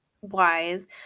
wise